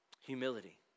Humility